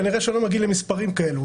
כנראה שלא היינו מגיעים למספרים האלה.